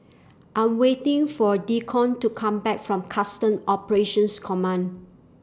I'm waiting For Deacon to Come Back from Customs Operations Command